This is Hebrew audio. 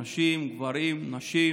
אנשים, גברים, נשים,